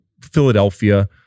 Philadelphia